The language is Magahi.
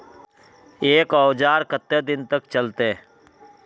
एक औजार केते दिन तक चलते?